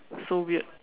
so weird